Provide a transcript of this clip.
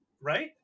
right